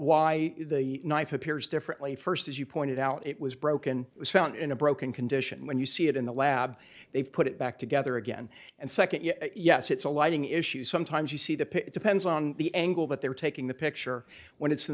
why the knife appears differently first as you pointed out it was broken it was found in a broken condition when you see it in the lab they put it back together again and second yes yes it's a lighting issue sometimes you see the pick it depends on the angle that they were taking the picture when it's in